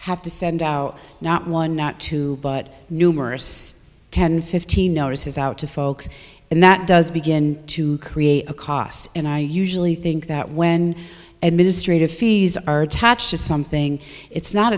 have to send out not one not two but numerous ten fifteen notices out to folks and that does begin to create a cost and i usually think that when administrative fees are attached to something it's not